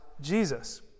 Jesus